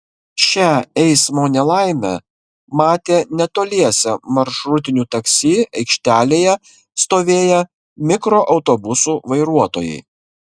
šią eismo nelaimę matė netoliese maršrutinių taksi aikštelėje stovėję mikroautobusų vairuotojai